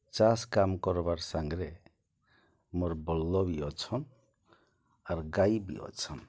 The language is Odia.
ଚାଷ୍ କାମ୍ କର୍ବାର୍ ସାଙ୍ଗ୍ରେ ମୋର୍ ବଳ୍ଦ ବି ଅଛନ୍ ଆର୍ ଗାଈ ବି ଅଛନ୍